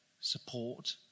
support